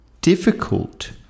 difficult